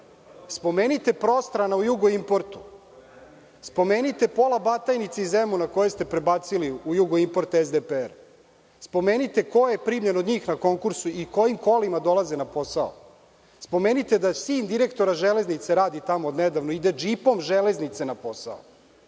spomenite Prostrana u „Jugo importu“, spomenite pola Batajnice i Zemuna koje ste prebacili u „Jugo import“, SDPR, spomenite ko je primljen od njih na konkurs i kojim kolima dolaze na posao. Spomenite da sin direktora „Železnica“ radi tamo od nedavno, ide džipom železnice na posao.